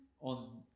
on